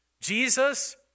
Jesus